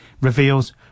reveals